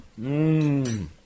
Mmm